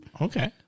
okay